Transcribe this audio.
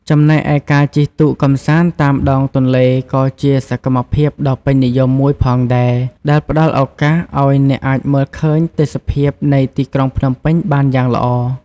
ចំណែកឯការជិះទូកកម្សាន្តតាមដងទន្លេក៏ជាសកម្មភាពដ៏ពេញនិយមមួយផងដែរ ដែលផ្ដល់ឱកាសឱ្យអ្នកអាចមើលឃើញទេសភាពនៃទីក្រុងភ្នំពេញបានយ៉ាងល្អ។